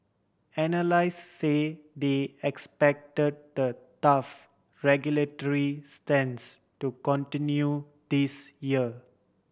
analysts say they expect the tough regulatory stance to continue this year